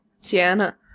Sienna